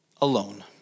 alone